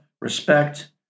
respect